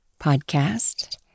podcast